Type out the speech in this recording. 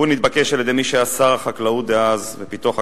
הוא נתבקש על-ידי מי שהיה אז שר החקלאות ופיתוח הכפר,